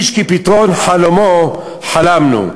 איש כפתרון חלֹמו חלמנו".